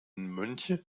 mönche